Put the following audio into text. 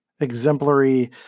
exemplary